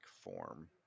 form